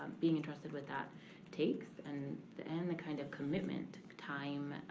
being entrusted with that takes, and the and the kind of commitment, time